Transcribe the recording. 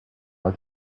our